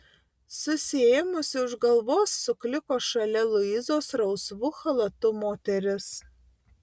susiėmusi už galvos sukliko šalia luizos rausvu chalatu moteris